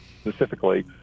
specifically